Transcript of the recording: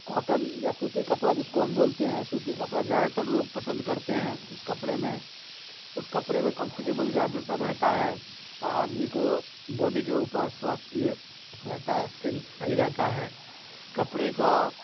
cotton یا سوتی کپڑا جس کو ہم بولتے ہیں سوتی کپڑا زیادہ تر لوگ پسند کرتے ہیں اس کپڑے میں اس کپڑے میں کمفرٹیبل زیادہ تر رہتا ہے اور آدمی کو باڈی کے اوپر سوستھ یہ رہتا ہے اسکن صحیح رہتا ہے کپڑے کا